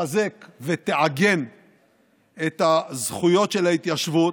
תחזק ותעגן את הזכויות של ההתיישבות,